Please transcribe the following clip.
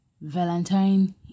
Valentine